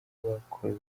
bakoze